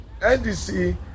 NDC